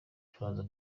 turaza